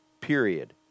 period